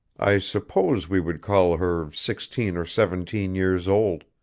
i suppose we would call her sixteen or seventeen years old.